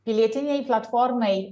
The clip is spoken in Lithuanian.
pilietinei platformai